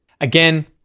Again